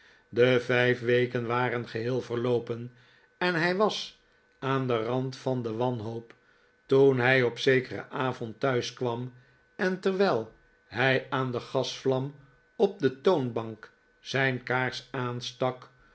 de vijf weken waren geheel verioopen r en hij was aan den rand van de wanhoop toen hij op zekeren avond thuis kwam en terwijl hij aan de gasvlam op de toonbank zijn kaars aanstak